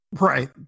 Right